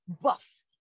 buff